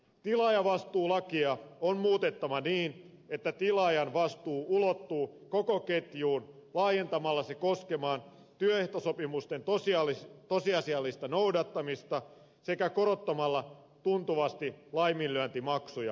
tilaajavastuulakia on muutettava niin että tilaajan vastuu ulottuu koko ketjuun laajentamalla se koskemaan työehtosopimusten tosiasiallista noudattamista sekä korottamalla tuntuvasti laiminlyöntimaksuja